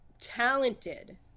talented